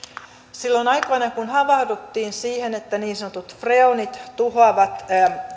silloin aikoinaan kun havahduttiin siihen että niin sanotut freonit tuhoavat